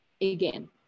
again